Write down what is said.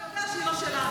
אתה יודע שהיא לא שלנו,